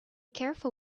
careful